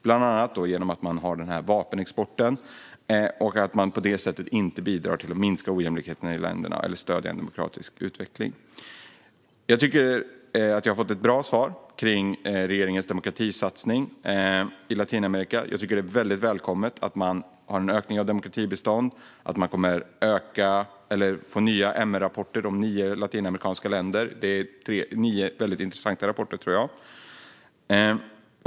Den vapenexport som förekommer bidrar till exempel inte till att minska ojämlikheten i länderna eller stödja en demokratisk utveckling. Jag tycker att jag har fått ett bra svar kring regeringens demokratisatsning i Latinamerika. Det är välkommet att man ökar demokratibiståndet och tar fram nya MR-rapporter om nio latinamerikanska länder - nio väldigt intressanta rapporter, tror jag.